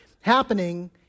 happening